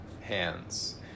hands